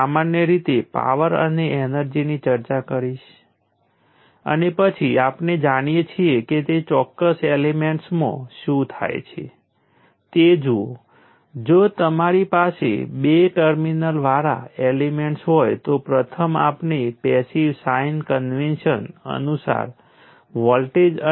અમારી પાસે એક ઇન્ડક્ટર L છે તેની સાથે વોલ્ટેજ V છે અને તેના દ્વારા કરંટ I અને કોઈપણ બે ટર્મિનલ વાળા એલિમેન્ટ માટે પાવર છે તે વોલ્ટેજ અને કરંટની પ્રોડક્ટ છે પરંતુ ઇન્ડક્ટરમાં અમારી પાસે ઇન્ડક્ટન્સ LdIdt I ને બદલી વોલ્ટેજ બનવાનો છે